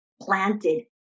planted